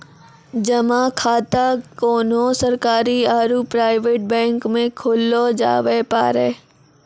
जमा खाता कोन्हो सरकारी आरू प्राइवेट बैंक मे खोल्लो जावै पारै